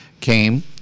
came